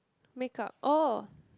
make up oh